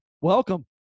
welcome